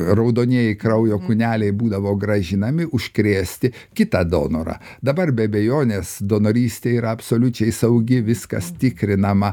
raudonieji kraujo kūneliai būdavo grąžinami užkrėsti kitą donorą dabar be abejonės donorystė yra absoliučiai saugi viskas tikrinama